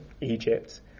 Egypt